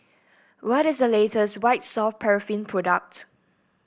what is the latest White Soft Paraffin product